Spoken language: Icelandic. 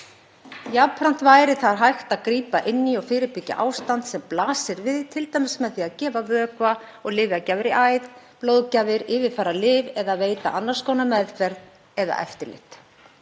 Jafnframt væri þar hægt að grípa inn í og fyrirbyggja ástand sem blasir við, t.d. með því að gefa vökva og lyfjagjafir í æð, blóðgjafir, yfirfara lyf eða veita annars konar meðferð eða eftirlit.